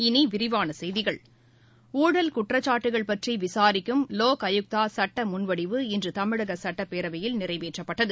இனி விரிவான செய்திகள் உறழல் குற்றச்சாட்டுகள் பற்றி விசாரிக்கும் லோக் ஆயுக்தா சட்ட முன்வடிவு இன்று தமிழக சட்டப்பேரவையில் நிறைவேற்றப்பட்டது